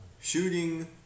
shooting